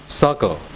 circle